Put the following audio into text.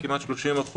כמעט 30%,